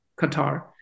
Qatar